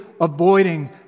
avoiding